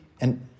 And-